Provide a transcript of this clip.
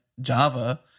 Java